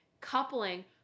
coupling